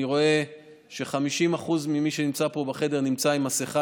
אני רואה ש-50% ממי שנמצא פה בחדר נמצא עם מסכה,